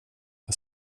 jag